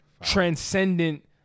transcendent